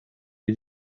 wir